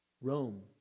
Rome